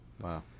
Wow